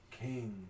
king